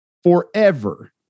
Forever